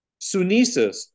Sunesis